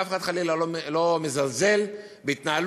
אף אחד חלילה לא מזלזל בהתנהלות,